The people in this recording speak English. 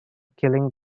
killing